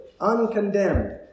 uncondemned